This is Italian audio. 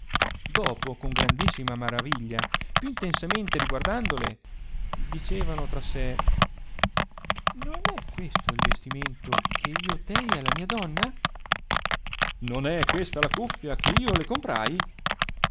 dopo con grandissima meraviglia più intensamente riguardandole dicevano tra sé non è questo il vestimento che io tei alla mia donna non è questa la cuffia che io le comprai